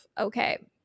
Okay